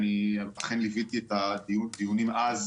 אני ליוויתי את הדיונים אז,